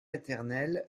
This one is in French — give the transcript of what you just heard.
éternel